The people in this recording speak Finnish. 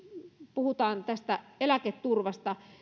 puhutaan eläketurvasta